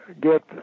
get